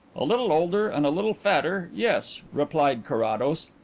a little older and a little fatter yes, replied carrados.